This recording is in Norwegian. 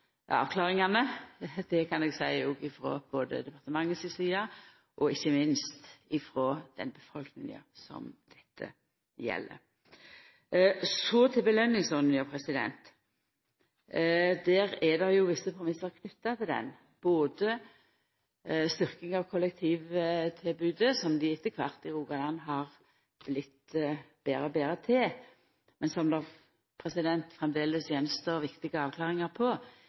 avklaringane. Det kan eg òg seia både frå departementet si side og ikkje minst frå den befolkninga som dette gjeld. Så til belønningsordninga. Det er visse premissar knytte til den, som styrking av kollektivtilbodet, som vi etter kvart i Rogaland har vorte betre og betre til, men som det framleis står att viktige avklaringar på.